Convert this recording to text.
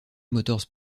motors